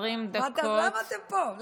למה אתם פה?